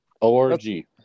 Org